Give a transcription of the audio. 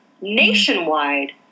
Nationwide